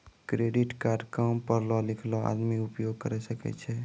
Credit card काम पढलो लिखलो आदमी उपयोग करे सकय छै?